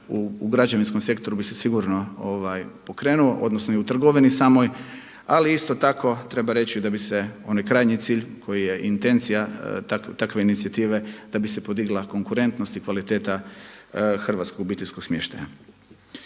u građevinskom sektoru bi se sigurno pokrenuo odnosno i u trgovini samoj, ali isto tako treba reći da bi se onaj krajnji cilj koji je intencija takve inicijative da bi se podigla konkurentnost i kvaliteta hrvatskog obiteljskog smještaja.